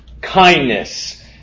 Kindness